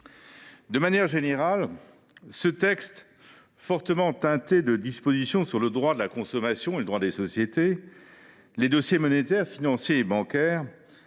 De manière générale, ce texte, fortement teinté de dispositions sur le droit de la consommation et le droit des sociétés, sur les questions monétaires, financières et bancaires,